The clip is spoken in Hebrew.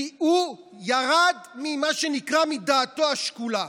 כי הוא ירד ממה שנקרא דעתו השקולה,